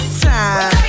time